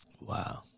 Wow